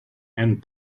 and